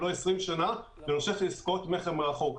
אם לא 20 שנים בנושא של עסקאות מכר מרחוק.